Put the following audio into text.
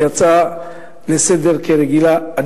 כי זאת הצעה רגילה לסדר-היום.